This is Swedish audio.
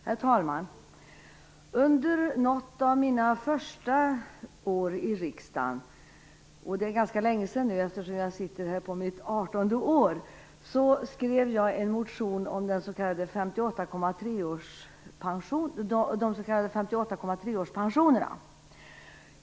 Herr talman! Under något av mina första år i riksdagen - och det är ganska länge sedan, eftersom jag sitter här mitt artonde år nu - skrev jag en motion om de s.k. 58,3-årspensionerna.